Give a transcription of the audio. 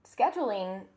scheduling